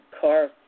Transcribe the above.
car